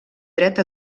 dret